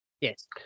Yes